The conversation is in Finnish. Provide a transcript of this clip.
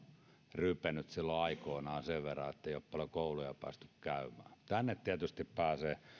rypeneet silloin aikoinaan sen verran etteivät ole paljon kouluja päässeet käymään tänne tietysti pääsee